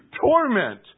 torment